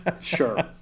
Sure